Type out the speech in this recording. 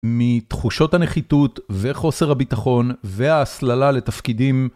מתחושות הנחיתות וחוסר הביטחון וההסללה לתפקידים.